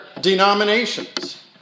denominations